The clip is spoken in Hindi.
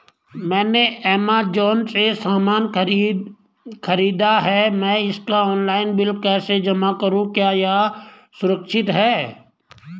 मैंने ऐमज़ान से सामान खरीदा है मैं इसका ऑनलाइन बिल कैसे जमा करूँ क्या यह सुरक्षित है?